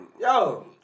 Yo